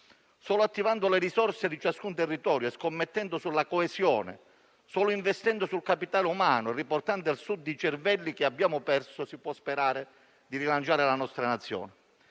Solo attivando le risorse di ciascun territorio e scommettendo sulla coesione e solo investendo sul capitale umano, riportando al Sud i cervelli che abbiamo perso, si può sperare di rilanciare la nostra Nazione.